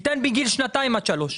ניתן בגיל שנתיים עד שלוש.